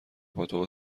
پاتوق